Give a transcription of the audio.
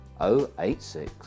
086